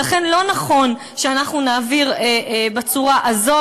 ולכן לא נכון שאנחנו נעביר בצורה הזאת.